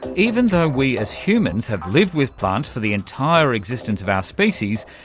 even though we as humans have lived with plants for the entire existence of our species,